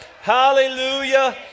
Hallelujah